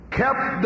kept